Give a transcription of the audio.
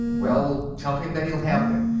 well, tell him that he'll have them.